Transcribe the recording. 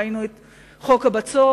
ראינו את חוק הבצורת.